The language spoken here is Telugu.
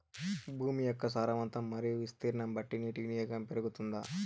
భూమి యొక్క సారవంతం మరియు విస్తీర్ణం బట్టి నీటి వినియోగం పెరుగుతుందా?